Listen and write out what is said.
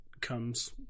comes